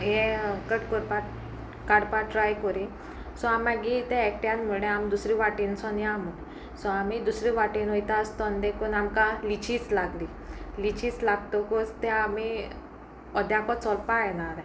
हें कट कोपाक काडपा ट्राय कोरी सो आमी मागीर तें एकट्यान म्हुणलें आमी दुसरे वाटेनसोन या म्हूण सो आमी दुसरे वाटेन वयता आसतोना देखून आमकां लिचीस लागली लिचीस लागतकूच ते आमी अर्द्यांको चोलपा येना आसलें